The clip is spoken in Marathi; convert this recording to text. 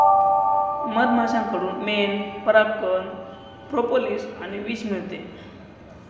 मधमाश्यांकडून मेण, परागकण, प्रोपोलिस आणि विष मिळते